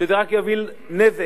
שזה רק יביא נזק.